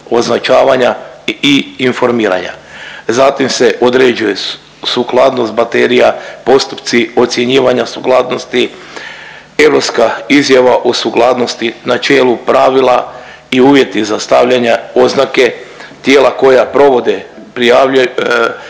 označavanja i informiranja. Zatim se određuje sukladnost baterija, postupci ocjenjivanja sukladnosti, europska izjava o sukladnosti na čelu pravila i uvjeti za stavljanja oznake tijela koja provode